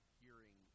hearing